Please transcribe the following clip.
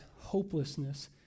hopelessness